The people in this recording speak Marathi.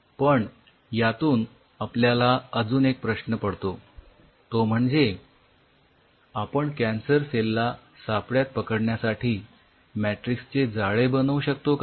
पण यातून आपल्याला एक प्रश्न पडतो तो म्हणजे आपण कॅन्सर सेल ला सापड्यात पकडण्यासाठी मॅट्रिक्स चे जाळे बनवू शकतो का